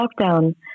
lockdown